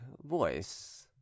voice